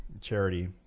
charity